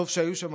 טוב שהיו שם,